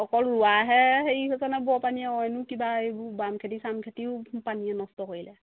অকল ৰোৱাহে হেৰি হৈছেনে বানপানীয়ে অইনো কিবা এইবোৰ বাম খেতি চাম খেতিও পানীয়ে নষ্ট কৰিলে